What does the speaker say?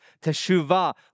teshuvah